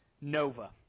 Nova